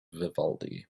vivaldi